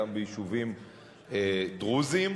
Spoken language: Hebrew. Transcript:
גם ביישובים דרוזיים,